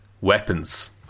weapons